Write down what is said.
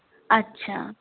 আচ্ছা